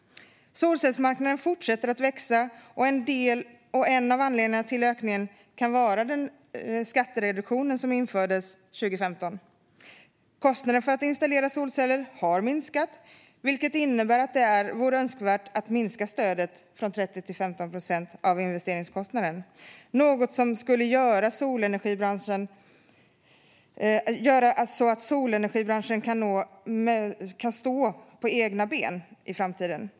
Solcellsmarknaden fortsätter att växa. En av anledningarna till ökningen kan vara den skattereduktion som infördes under 2015. Kostnaden för att installera solceller har minskat, vilket innebär att det vore önskvärt att minska stödet från 30 till 15 procent av investeringskostnaden. Detta skulle göra så att solenergibranschen kan stå på egna ben i framtiden.